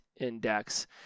index